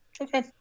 okay